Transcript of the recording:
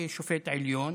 כשופט עליון,